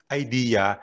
idea